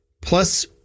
Plus